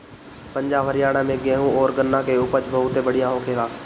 पंजाब, हरियाणा में गेंहू अउरी गन्ना के उपज बहुते बढ़िया होखेला